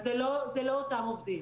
זה לא אותם עובדים.